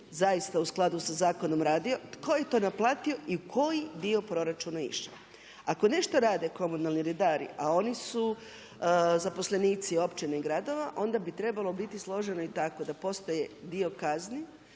zaista u skladu sa zakonom radio, tko je to naplatio i u koji je dio proračuna išao. Ako nešto rade komunalni redari a oni su zaposlenici općine i gradova onda bi trebalo biti složeno i tako da postoji i dio kazni